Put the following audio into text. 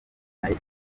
united